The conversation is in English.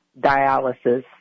dialysis